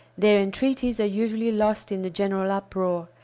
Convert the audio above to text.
their entreaties are usually lost in the general uproar,